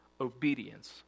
Obedience